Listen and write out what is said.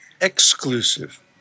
exclusive